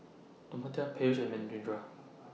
Amartya Peyush and Manindra